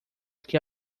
que